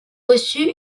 reçu